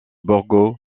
borgo